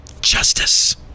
Justice